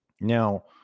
Now